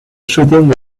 shooting